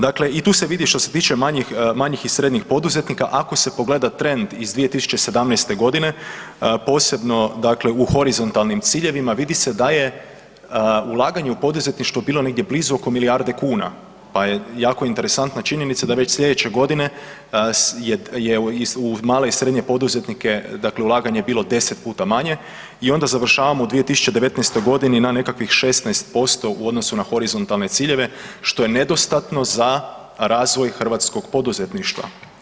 Dakle i tu se vidi što se tiče manjih, manjih i srednjih poduzetnika, ako se pogleda trend iz 2017. godine, posebno dakle u horizontalnim ciljevima vidi se da je ulaganje u poduzetništvo bilo negdje blizu oko milijarde kuna pa je jako interesantna činjenica da već slijedeće godine je u male i srednje poduzetnike dakle ulaganje je bilo 10 puta manje i onda završavamo u 2019.-toj godini na nekakvih 16% u odnosu na horizontalne ciljeve što je nedostatno za razvoj hrvatskog poduzetništva.